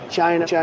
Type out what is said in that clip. China